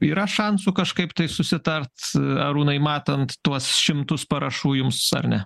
yra šansų kažkaip tai susitarti arūnai matant tuos šimtus parašų jums ar ne